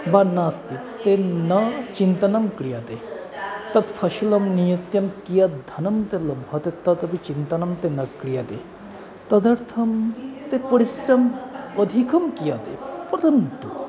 वा नास्ति ते न चिन्तनं क्रियन्ते तत् फलं निमित्तं कियत् धनं तद् लभ्यते तदपि चिन्तनं ते न क्रियन्ते तदर्थं ते परिश्रमम् अधिकं क्रियन्ते परन्तु